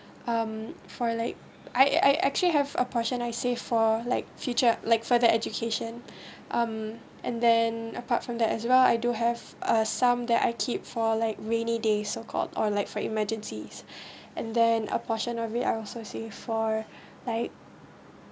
um for like I I actually have a portion I save for like future like for the education um and then apart from that as well I do have a sum that I keep for like rainy days so called or like for emergencies and then a portion of it I also save for like